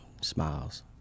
smiles